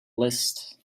list